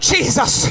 Jesus